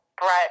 Brett